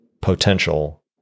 potential